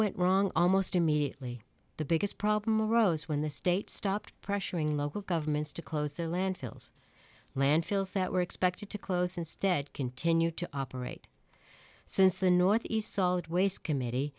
went wrong almost immediately the biggest problem arose when the state stopped pressuring local governments to close a landfills landfills that were expected to close instead continue to operate since the northeast solid waste committee